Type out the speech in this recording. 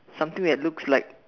something that looks like